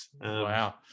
wow